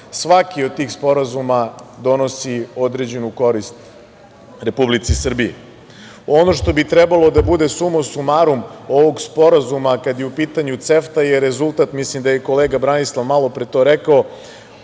svaki od tih sporazuma donosi određenu korist Republici Srbiji. Ono što bi trebalo da bude suma sumarum ovog sporazuma, kada je u pitanju CEFTA, je rezultat, mislim da je i kolega Branislav malopre to rekao,